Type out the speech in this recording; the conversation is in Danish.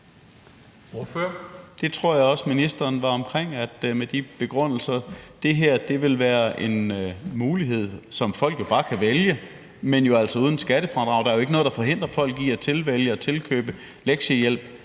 Det tror jeg også ministeren var omkring. Det her vil være en mulighed, som folk bare kan vælge, men jo altså uden skattefradrag. Der er jo ikke noget, der forhindrer folk i at tilvælge og tilkøbe lektiehjælp,